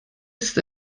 ist